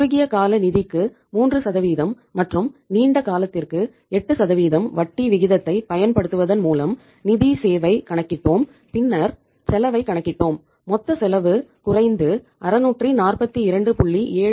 குறுகிய கால நிதிக்கு 3 மற்றும் நீண்ட காலத்திற்கு 8 வட்டி விகிதத்தைப் பயன்படுத்துவதன் மூலம் நிதி செலவை கணக்கிட்டோம் பின்னர் செலவை கணக்கிட்டோம் மொத்த செலவு குறைந்து 642